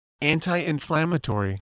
anti-inflammatory